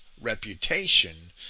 reputation